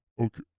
Okay